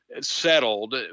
settled